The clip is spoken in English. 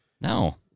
no